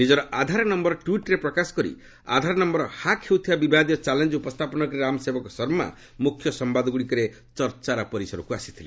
ନିଜର ଆଧାର ନୟର ଟ୍ୱିଟ୍ରରେ ପ୍ରକାଶ କରି ଆଧାର ନୟର ହାକ୍ ହେଉଥିବା ବିବାଦୀୟ ଚ୍ୟାଲେଞ୍ଜ ଉପସ୍ଥାପନ କରି ରାମ ସେବକ ଶର୍ମା ମୁଖ୍ୟ ସମ୍ଭାଦଗୁଡ଼ିକରେ ଚର୍ଚ୍ଚାର ପରିସରକୁ ଆସିଥିଲେ